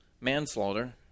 manslaughter